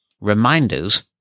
Reminders